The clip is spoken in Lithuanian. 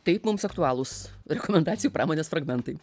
taip mums aktualūs rekomendacijų pramonės fragmentai